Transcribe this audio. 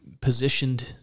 positioned